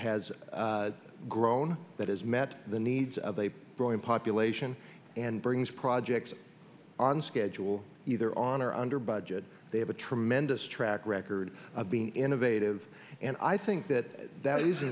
has grown that has met the needs of a growing population and brings projects on schedule either on or under budget they have a tremendous track record of being innovative and i think that that is